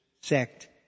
sect